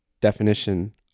definition